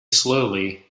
slowly